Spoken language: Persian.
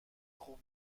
خوب